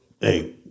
hey